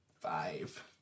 Five